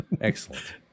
Excellent